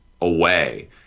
away